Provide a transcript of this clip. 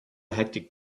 hectic